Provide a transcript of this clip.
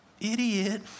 Idiot